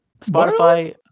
Spotify